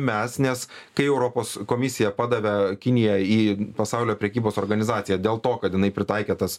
mes nes kai europos komisija padavė kiniją į pasaulio prekybos organizaciją dėl to kad jinai pritaikė tas